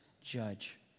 judge